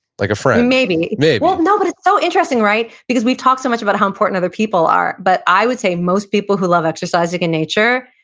like a friend maybe maybe well, no, but it's so interesting, right? because we've talked so much about how important other people are, but i would say most people who love exercising in nature,